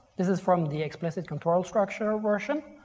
this is from the explicit control structure version